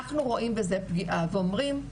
אנחנו רואים בזה פגיעה ואומרים,